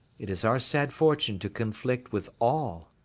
it is our sad fortune to conflict with all.